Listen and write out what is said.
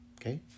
Okay